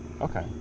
Okay